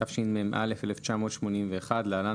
התשמ"א 1981 (להלן,